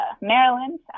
Maryland